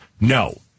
no